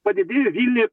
padidėjo vilniuj